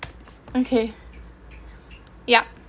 okay yup